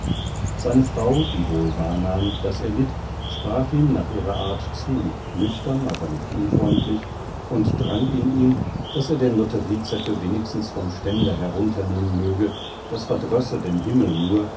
seine frau die wohl wahrnahm daß er litt sprach ihm nach ihrer art zu nüchtern aber nicht unfreundlich und drang in ihn daß er den lotteriezettel wenigstens vom ständer herunternehmen möge das verdrösse den himmel nur